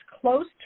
close